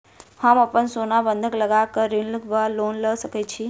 हम अप्पन सोना बंधक लगा कऽ ऋण वा लोन लऽ सकै छी?